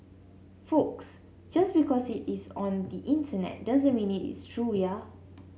folks just because it is on the Internet doesn't mean it is true ya